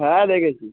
হ্যাঁ দেখেছি